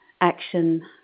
action